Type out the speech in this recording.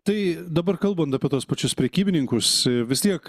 tai dabar kalbant apie tuos pačius prekybininkus vis tiek